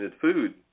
food